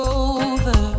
over